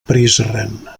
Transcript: prizren